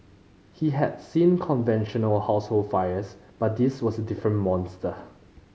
he had seen conventional household fires but this was a different monster